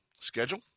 schedule